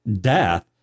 death